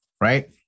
right